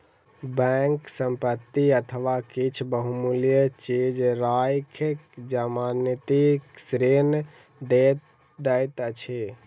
bank संपत्ति अथवा किछ बहुमूल्य चीज राइख के जमानती ऋण दैत अछि